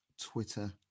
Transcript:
Twitter